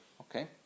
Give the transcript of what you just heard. Okay